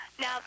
Now